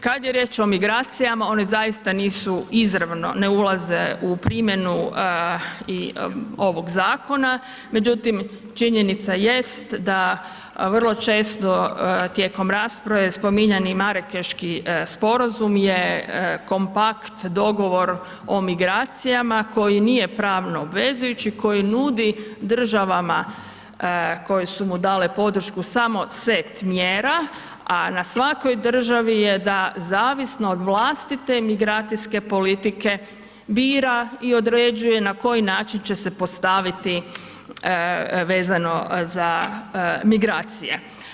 Kad je riječ o migracijama, one zaista nisu izravno, ne ulaze u primjenu i ovog zakona, međutim, činjenica jest da vrlo često tijekom rasprave spominjani Marakeški sporazum je kompakt, dogovor o migracijama koji nije pravno obvezujući, koji nudi državama koje su mu dale podršku samo set mjera, a na svakoj državi je da zavisno od vlastite migracijske politike bira i određuje na koji način će se postaviti vezano za migracije.